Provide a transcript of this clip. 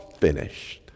finished